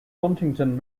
huntington